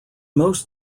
most